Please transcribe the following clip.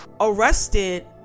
arrested